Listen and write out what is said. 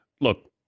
Look